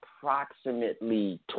Approximately